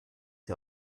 die